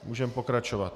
Můžeme pokračovat.